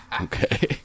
Okay